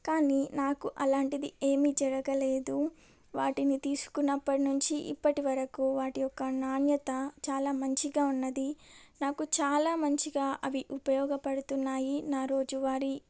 కానీ నాకు అలాంటిది ఏమీ జరగలేదు వాటిని తీసుకున్నప్పటి నుంచి ఇప్పటి వరకు వాటి యొక్క నాణ్యత చాలా మంచిగా ఉన్నది నాకు చాలా మంచిగా అవి ఉపయోగపడుతున్నాయి నా రోజువారి